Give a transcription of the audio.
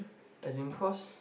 as in cause